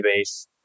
database